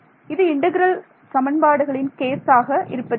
இது இன்டெக்ரல் சமன்பாடுகளின் கேஸ் ஆக இருப்பது இல்லை